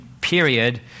period